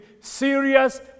serious